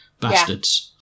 bastards